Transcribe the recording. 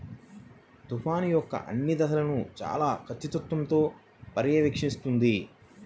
తుఫాను యొక్క అన్ని దశలను చాలా ఖచ్చితత్వంతో పర్యవేక్షిస్తుంది